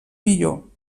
millor